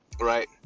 right